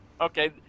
okay